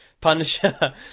Punisher